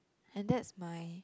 and that's my